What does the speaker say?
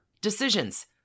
Decisions